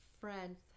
friends